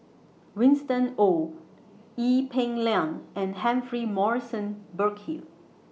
Winston Oh Ee Peng Liang and Humphrey Morrison Burkill